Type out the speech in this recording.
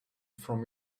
from